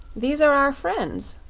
these are our friends.